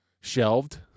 shelved